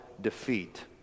defeat